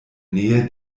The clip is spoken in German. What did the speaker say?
nähe